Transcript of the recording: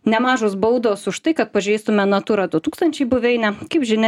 nemažos baudos už tai kad pažeistume natura du tūkstančiai buveinę kaip žinia